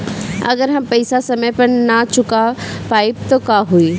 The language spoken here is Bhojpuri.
अगर हम पेईसा समय पर ना चुका पाईब त का होई?